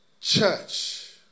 church